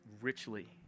richly